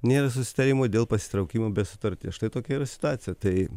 nėra susitarimo dėl pasitraukimo be sutarties štai tokia yra situacija tai